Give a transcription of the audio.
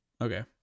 Okay